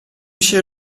się